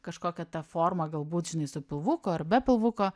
kažkokia ta forma galbūt žinai su pilvuku ar be pilvuko